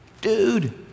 Dude